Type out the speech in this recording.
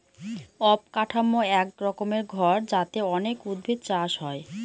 অবকাঠামো এক রকমের ঘর যাতে অনেক উদ্ভিদ চাষ হয়